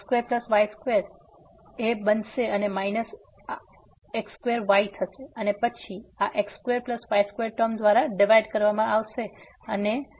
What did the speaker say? તેથી આ yx2y2 બનશે અને માઈનસ આ x2y થશે અને પછી આ x2y2 ટર્મ દ્વારા ડિવાઈડ કરવામાં આવશે અને આ પણ આવશે